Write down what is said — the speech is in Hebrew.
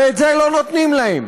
ואת זה לא נותנים להם.